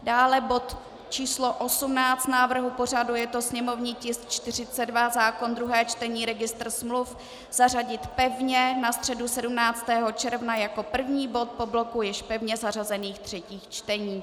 Dále bod číslo 18 návrhu pořadu, sněmovní tisk 42, zákon ve druhém čtení, registr smluv, zařadit pevně na středu 17. června jako první bod po bloku již pevně zařazených třetích čtení.